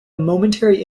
momentary